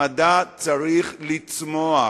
המדע צריך לצמוח,